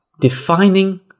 defining